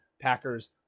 Packers